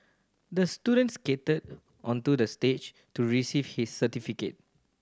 the student skated onto the stage to receive his certificate